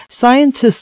scientists